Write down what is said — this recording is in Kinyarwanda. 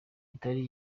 kitari